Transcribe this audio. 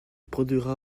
produira